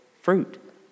fruit